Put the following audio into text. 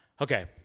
Okay